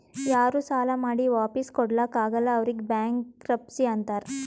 ಯಾರೂ ಸಾಲಾ ಮಾಡಿ ವಾಪಿಸ್ ಕೊಡ್ಲಾಕ್ ಆಗಲ್ಲ ಅವ್ರಿಗ್ ಬ್ಯಾಂಕ್ರಪ್ಸಿ ಅಂತಾರ್